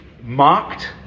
mocked